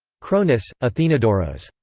chronis, athinodoros.